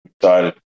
Excited